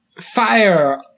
Fire